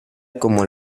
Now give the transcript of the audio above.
como